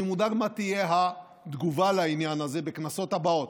אני מודאג מה תהיה התגובה לעניין הזה בכנסות הבאות,